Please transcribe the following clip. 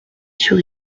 sur